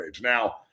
Now